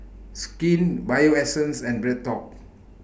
Skin Bio Essence and BreadTalk